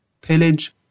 Pillage